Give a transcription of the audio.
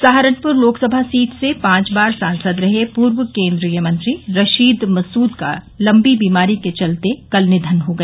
Saharanpur Lok Sabha seat से पांच बार सांसद रहे पूर्व केन्द्रीय मंत्री रशीद मसूद का लम्बी बीमारी के चलते कल निधन हो गया